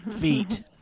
feet